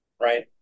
right